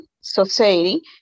society